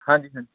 ਹਾਂਜੀ ਹਾਂਜੀ